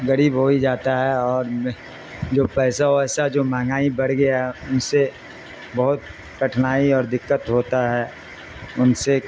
غریب ہو ہی جاتا ہے اور جو پیسہ ویسہ جو مہنگائی بڑھ گیا ہے ان سے بہت کٹھنائی اور دقت ہوتا ہے ان سے